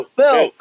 Phil